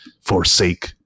forsake